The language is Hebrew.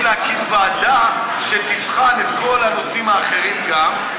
להקים ועדה שתבחן את כל הנושאים האחרים גם,